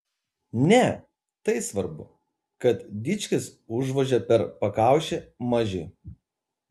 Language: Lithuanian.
ne tai svarbu kad dičkis užvožia per pakaušį mažiui